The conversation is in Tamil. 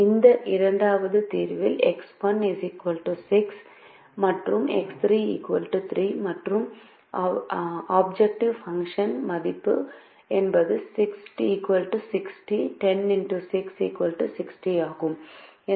இந்த இரண்டாவது தீர்வில் X1 6 மற்றும் X3 3 மற்றும் ஆப்ஜெக்ட்டிவ் பாங்ஷுன் புறநிலை செயல்பாட்டு மதிப்பு என்பது 60 10 x 6 60 ஆகும்